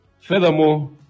Furthermore